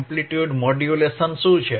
amplitude modulation શું છે